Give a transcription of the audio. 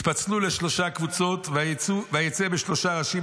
התפצלו לשלוש קבוצות: "ויצא בשלושה ראשית